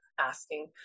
asking